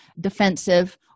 defensive